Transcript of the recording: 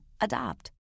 adopt